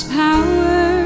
power